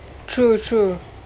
true true